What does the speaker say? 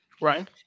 Right